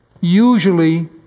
usually